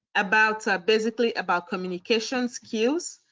about ah basically about communication skills.